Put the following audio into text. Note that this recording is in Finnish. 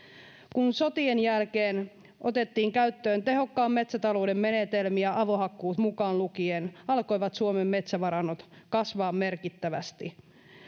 kun sotien jälkeen otettiin käyttöön tehokkaan metsätalouden menetelmiä avohakkuut mukaan lukien alkoivat suomen metsävarannot kasvaa merkittävästi